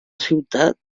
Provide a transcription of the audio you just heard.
ciutat